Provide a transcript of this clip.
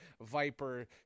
viper